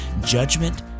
judgment